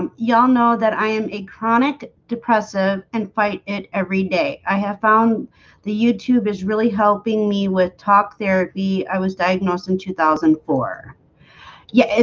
um y'all know that i am a chronic depressive and fight it every day i have found the youtube is really helping me with talk therapy. i was diagnosed in two thousand and four yeah,